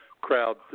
crowd